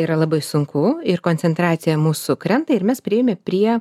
yra labai sunku ir koncentracija mūsų krenta ir mes priėmė prie